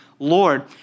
Lord